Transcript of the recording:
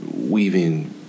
weaving